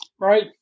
right